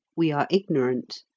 we are ignorant.